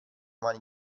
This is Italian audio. mani